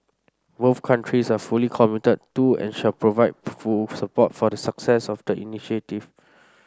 both countries are fully committed to and shall provide full support for the success of the initiative